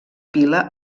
pila